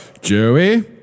Joey